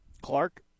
Clark